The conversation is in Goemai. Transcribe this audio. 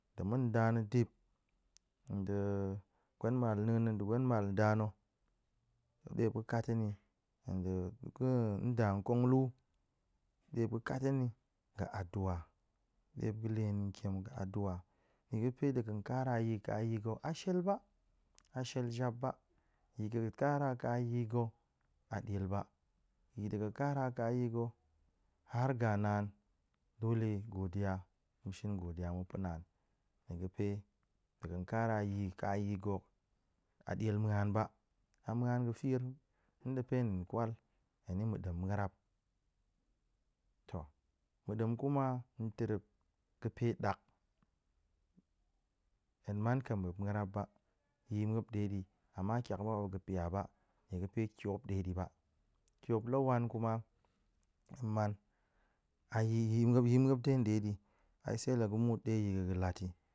Nɗe ma̱n na̱ dip, nɗe gwen matna̱a̱n nɗe gwen malnda na̱ ɗe muop ga̱ ƙat hen yi nɗe nda kong lu ɗe muop ga̱ ƙat hen ni ga̱ adua ɗe muop ga̱ la̱ hen tiam ga̱ adua, nie ga̱fe ɗe ga̱n kara yi ka yi ga̱ a shiel ba, a shiel jap ba, yi ɗe ga̱n kara ka yi ga, a diel ba, yi ɗe ga̱ kara ka yi ga̱ har ga naan dole godiya mu shin godiya ma̱ pa̱ naan, nie ga̱fe ɗe ga̱ kara yi ka yi ga̱ a diel muan ba, a muan ga̱ fier in pe hen din kwal, hen ni mu ɗem ma̱rap. To mu ɗem kuma tarep ga̱pe ɗa̱k, hen man ƙam muop ma̱rap ba yi muop ɗe di ama kiak muop a ga̱ pia ba, nie ga̱pe tiop ɗe di ba, tiop la wan kuma, hen man a yi yi yi muop dai ɗa̱di ai se la ga̱ muut ɗe yi ga̱ ga̱ lat ta̱